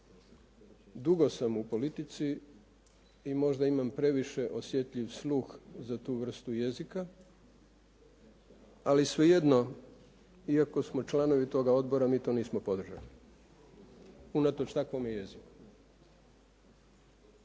Dugo sam u politici i možda imam previše osjetljiv sluh za tu vrstu jezika, ali svejedno iako smo članovi toga odbora, mi to nismo podržali unatoč takvome jeziku.